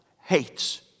hates